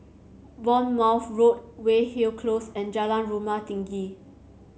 Bournemouth Road Weyhill Close and Jalan Rumah Tinggi